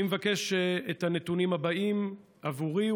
אני מבקש את הנתונים הבאים עבורי,